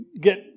get